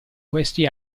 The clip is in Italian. questi